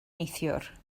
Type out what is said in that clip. neithiwr